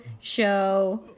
show